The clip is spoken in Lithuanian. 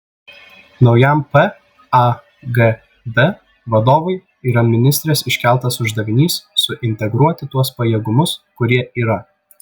naujam pagd vadovui yra ministrės iškeltas uždavinys suintegruoti tuos pajėgumus kurie yra